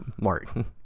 Martin